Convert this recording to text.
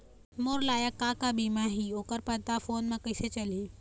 मोर लायक का का बीमा ही ओ कर पता फ़ोन म कइसे चलही?